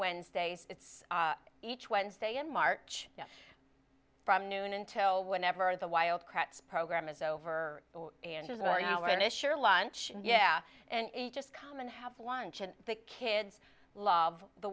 wednesday it's each wednesday in march from noon until whenever the wild craps program is over and is about an hour and a sure lunch yeah and just come and have lunch and the kids love the